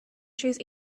choose